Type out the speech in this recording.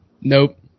Nope